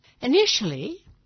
Initially